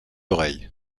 oreille